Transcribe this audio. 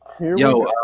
yo